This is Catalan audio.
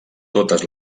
totes